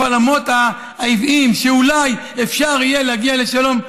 חלומות העוועים שאולי אפשר יהיה להגיע לשלום,